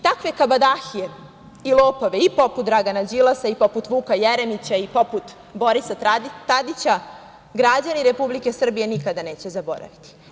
Takve kabadahije i lopove i poput Dragana Đilasa i poput Vuka Jeremića i poput Borisa Tadića, građani Republike Srbije nikada neće zaboraviti.